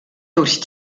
durch